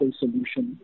solution